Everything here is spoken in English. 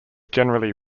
generally